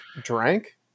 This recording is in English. drank